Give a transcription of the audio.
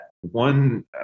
One